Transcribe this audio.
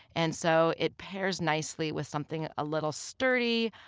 and so it pairs nicely with something a little sturdy,